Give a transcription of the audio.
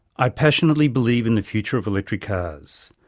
i passionately believe in the future of electric cars.